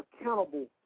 accountable